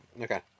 okay